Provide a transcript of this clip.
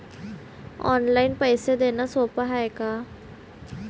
Online पैसे देण सोप हाय का?